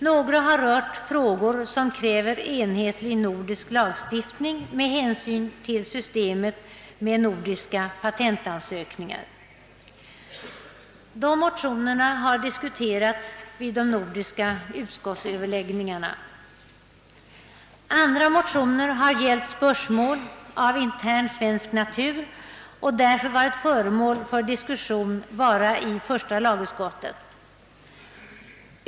Några har rört frågor som kräver enhetlig nordisk lagstiftning med hänsyn till systemet med nordiska patentansökningar. De motionerna har diskuterats vid de nordiska utskottsöverläggningarna. Andra motioner har gällt spörsmål av intern svensk natur och därför endast varit föremål för diskussion i första lagutskottet.